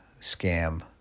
scam